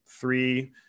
three